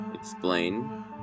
explain